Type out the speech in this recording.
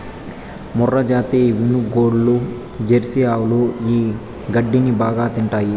మూర్రాజాతి వినుగోడ్లు, జెర్సీ ఆవులు ఈ గడ్డిని బాగా తింటాయి